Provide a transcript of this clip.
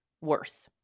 worse